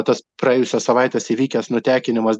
tas praėjusios savaitės įvykęs nutekinimas